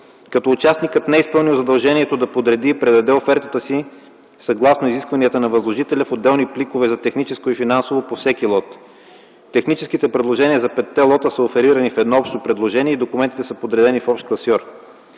като участникът не е изпълнил задължението да подреди и предаде офертата си, съгласно изискванията на възложителя в отделни пликове за техническо и финансово предложение по всеки лот. Техническите предложения за петте лота са оферирани в едно общо предложение и документите са подредени в общ класьор.